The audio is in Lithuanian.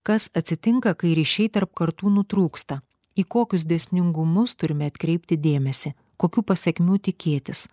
kas atsitinka kai ryšiai tarp kartų nutrūksta į kokius dėsningumus turime atkreipti dėmesį kokių pasekmių tikėtis